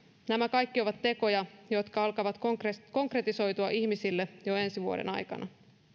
nämä kaikki ovat tekoja jotka alkavat konkretisoitua konkretisoitua ihmisille jo ensi vuoden aikana